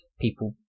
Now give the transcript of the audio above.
people